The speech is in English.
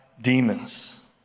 demons